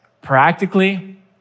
practically